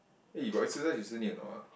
eh you got exercise recently or not ah